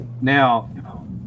Now